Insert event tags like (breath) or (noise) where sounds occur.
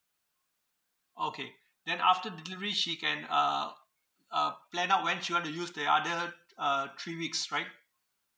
okay (breath) then after the delivery she can uh uh plan out when she want to use the other th~ uh three weeks right